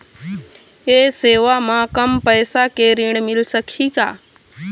ये सेवा म कम पैसा के ऋण मिल सकही का?